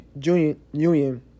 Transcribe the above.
Union